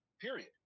period